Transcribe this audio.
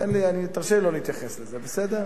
תרשה לי לא להתייחס לזה, בסדר?